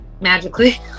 magically